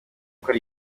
ukora